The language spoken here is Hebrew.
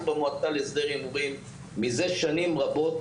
אנחנו במועצה להסדר הימורים מתריעים מזה שנים רבות.